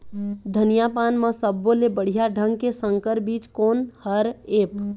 धनिया पान म सब्बो ले बढ़िया ढंग के संकर बीज कोन हर ऐप?